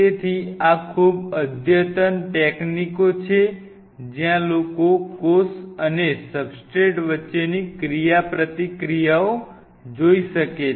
તેથી આ ખૂબ અદ્યતન ટેકનીકો છે જ્યાં લોકો કોષ અને સબસ્ટ્રેટ વચ્ચેની ક્રિયાપ્રતિક્રિયાઓ જોઈ શકે છે